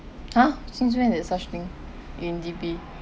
!huh! since when there's such thing in T_P